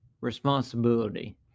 responsibility